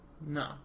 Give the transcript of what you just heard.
No